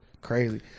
crazy